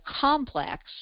complex